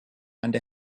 and